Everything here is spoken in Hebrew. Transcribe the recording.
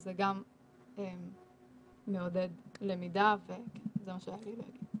שזה גם מעודד למידה וזה מה שרציתי להגיד.